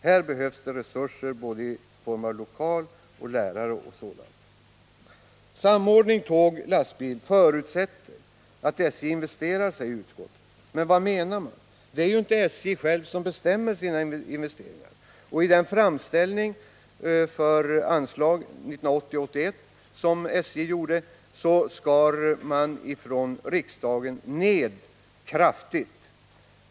Här behövs resurser i form av lokaler, lärare m.m. En samordning mellan tågoch lastbilstrafik förutsätter att SJ investerar, säger utskottet. Men vad menar man med detta? SJ bestämmer inte själv sina investeringar. SJ:s anslagsframställning för 1980/81 blev kraftigt nedskuren av riksdagen.